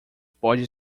pode